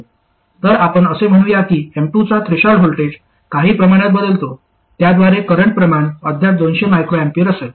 तर आपण असे म्हणूया की M2 चा थ्रेशोल्ड व्होल्टेज काही प्रमाणात बदलतो त्याद्वारे करंट प्रमाण अद्याप 200 µA असेल